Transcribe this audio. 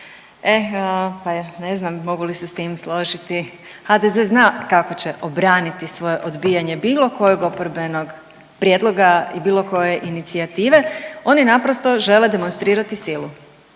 eh pa ne znam mogu li se s tim složiti. HDZ zna kako će obraniti svoje odbijanje bilo kojeg oporbenog prijedloga i bilo koje inicijative. Oni naprosto žele demonstrirati silu,